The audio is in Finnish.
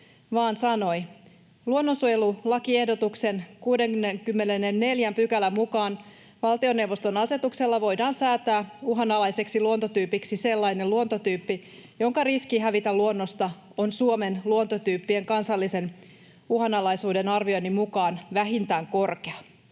vaan sanoi: ”Luonnonsuojelulakiehdotuksen 64 §:n mukaan valtioneuvoston asetuksella voidaan säätää uhanalaiseksi luontotyypiksi sellainen luontotyyppi, jonka riski hävitä luonnosta on Suomen luontotyyppien kansallisen uhanalaisuuden arvioinnin mukaan vähintään korkea.